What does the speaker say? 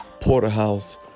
porterhouse